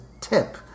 tip